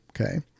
Okay